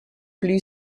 blue